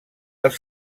els